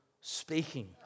speaking